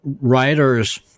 writers